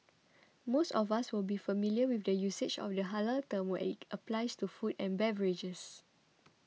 most of us will be familiar with the usage of the halal term when it applies to food and beverages